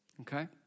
okay